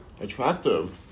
attractive